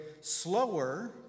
slower